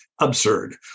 absurd